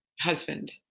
husband